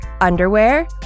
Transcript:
underwear